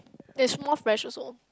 is more fractious lor